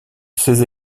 ces